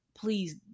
please